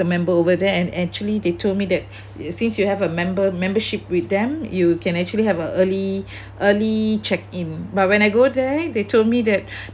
member over there and actually they told me that since you have a member membership with them you can actually have a early early check in but when I go there they told me that